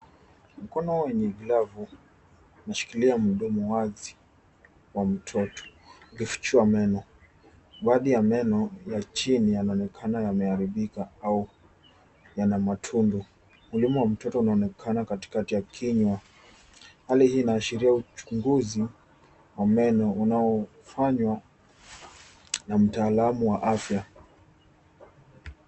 Mkono wenye glavu umeshikiria mdomo wazi wa mtoto umefichua meno. Baadhi ya meno ya chini yanaonekana yameharibika au yana matundu. Ulimi wa mtoto unaonekana katikati ya kinywa. Hali lii inaashiria uchunguzi wa meno unaofanywa na matalamu wa afya.